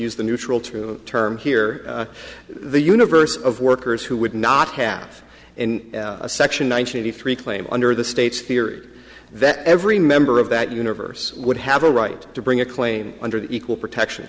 use the neutral true term here in the universe of workers who would not have in section one hundred three claim under the state's theory that every member of that universe would have a right to bring a claim under the equal protection